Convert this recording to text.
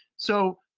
so